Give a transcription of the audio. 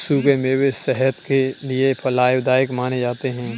सुखे मेवे सेहत के लिये लाभदायक माने जाते है